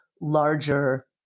larger